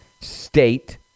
state